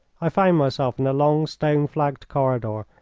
i found myself in a long, stone-flagged corridor,